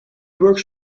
works